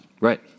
Right